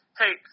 hey